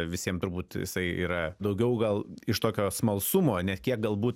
visiem turbūt jisai yra daugiau gal iš tokio smalsumo net kiek galbūt